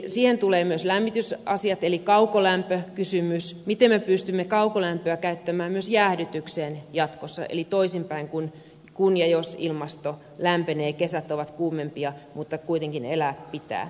siihen tulevat myös lämmitysasiat eli kaukolämpökysymys miten me pystymme kaukolämpöä käyttämään myös jäähdytykseen jatkossa eli toisinpäin kun ja jos ilmasto lämpenee kesät ovat kuumempia mutta kuitenkin elää pitää